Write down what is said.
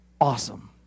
awesome